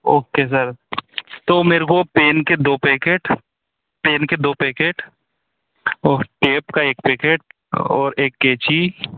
okay sir तो मेरे को पेन के दो पैकेट पेन के दो पैकेट और टेप का एक पैकेट और एक कैंची